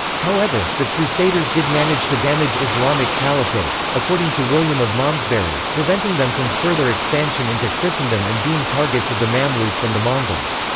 however, the crusaders did manage to damage islamic caliphates according to william of malmesbury, preventing them from further expansion into christendom and being targets of the mamluks and the mongols.